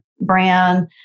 brand